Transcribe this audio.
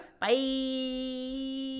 Bye